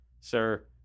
sir